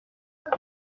cela